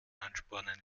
anspornen